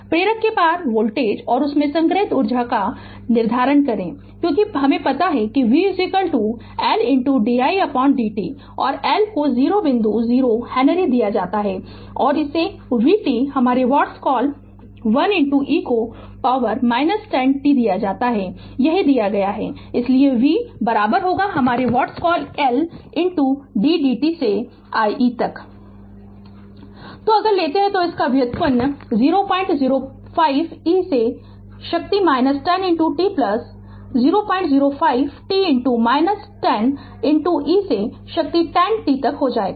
प्रेरक के पार वोल्टेज और उसमें संग्रहीत ऊर्जा का निर्धारण करें क्योंकि पता है कि v L didt और L को 0 बिंदु 0 1 हेनरी दिया जाता है और इसे 5 t हमारे व्हाट्स कॉल l e को पॉवर 10 t दिया जाता है दिया गया है इसलिए v हमारे what's called L d dt से i e Refer Slide Time 2220 तो अगर लेते हैं तो इसका व्युत्पन्न 005e से शक्ति 10 t प्लस 005 t 10 e से शक्ति 10 t तक हो जाएगा